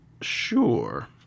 sure